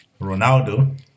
Ronaldo